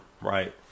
right